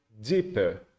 deeper